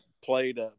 played